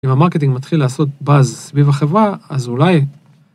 אם המרקטינג מתחיל לעשות באז, סביב החברה, אז אולי